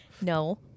no